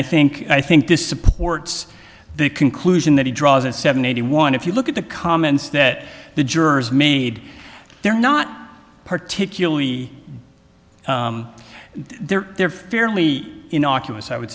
i think i think this supports the conclusion that he draws a seventy one if you look at the comments that the jurors made they're not particularly they're they're fairly innocuous i would